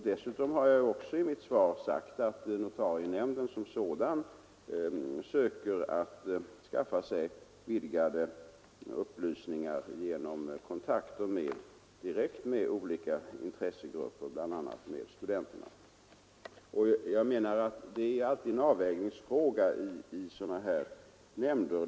Dessutom har jag i mitt svar sagt att notarienämnden som sådan söker skaffa sig vidgade upplysningar genom kontakter direkt med olika intressegrupper, bl.a. med studenterna. Det är alltid en avvägningsfråga i sådana nämnder.